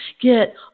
get